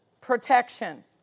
protection